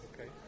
Okay